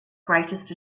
greatest